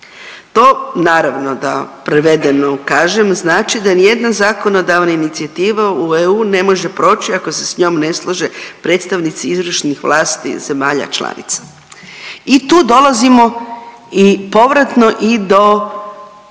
To naravno da prevedeno kažem znači da nijedna zakonodavna inicijativa u EU ne može proći ako se s njom ne slože predstavnici izvršnih vlasti zemalja članica. I tu dolazimo i povratno i do